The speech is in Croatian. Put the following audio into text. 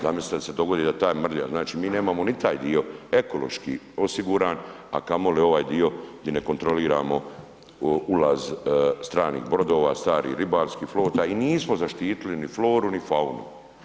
Zamislite da se dogodi da ta mrlja, znači mi nemamo ni taj dio ekološki osiguran, a kamoli ovaj dio gdje ne kontroliramo ulaz stranih brodova, starih ribarskih flota i nismo zaštitili ni floru ni faunu.